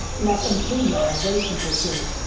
like until now a very simple thing,